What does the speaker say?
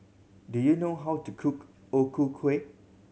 do you know how to cook O Ku Kueh